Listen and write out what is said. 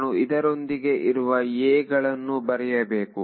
ನಾನು ಇದರೊಂದಿಗೆ ಇರುವ a ಗಳನ್ನೂ ಬರೆಯಬೇಕು